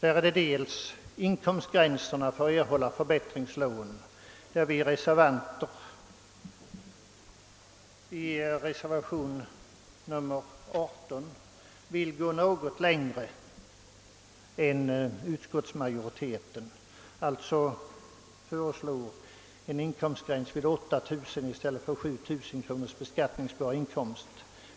I fråga om inkomstgränserna för att erhålla förbättringslån har reservanter i reservationen 18 gått något längre än utskottsmajoriteten och föreslagit en inkomstgräns på 8000 kronor i stället för 7 000 kronor i beskattningsbar inkomst.